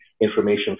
information